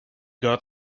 got